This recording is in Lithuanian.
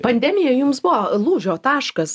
pandemija jums buvo lūžio taškas